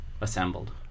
assembled